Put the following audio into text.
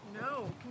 No